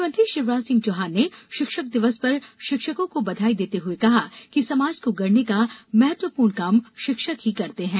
मुख्यमंत्री शिवराज सिंह चौहान ने शिक्षक दिवस पर शिक्षकों को बधाई देते हुए कहा है कि समाज को गढने का महत्वपूर्ण काम शिक्षक ही करते हैं